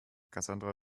cassandra